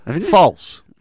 False